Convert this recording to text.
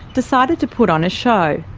decided to put on a show.